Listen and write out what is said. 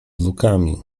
lukami